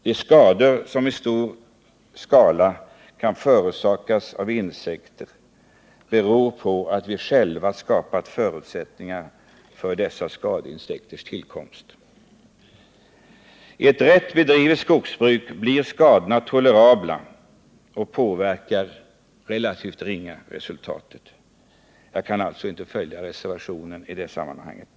De skador som i stor skala kan förorsakas av insekter beror ofta på att vi själva medverkar till förutsättningarna för dessa skadeinsekters utbredning. I ett riktigt bedrivet skogsbruk blir skadorna däremot tolerabla, och de påverkar i relativt ringa mån avkastningsresultatet. Jag kan alltså inte följa reservationen i det sammanhanget.